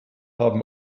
haben